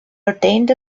ordained